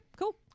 cool